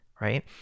right